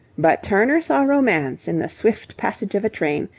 but turner saw romance in the swift passage of a train,